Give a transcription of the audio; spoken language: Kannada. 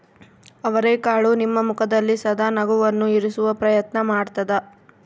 ಅವರೆಕಾಳು ನಿಮ್ಮ ಮುಖದಲ್ಲಿ ಸದಾ ನಗುವನ್ನು ಇರಿಸುವ ಪ್ರಯತ್ನ ಮಾಡ್ತಾದ